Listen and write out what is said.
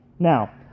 Now